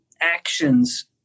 actions